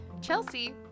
chelsea